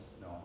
no